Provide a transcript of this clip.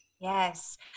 Yes